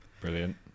Brilliant